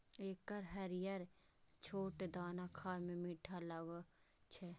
एकर हरियर छोट दाना खाए मे मीठ लागै छै